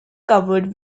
covered